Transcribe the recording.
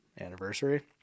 anniversary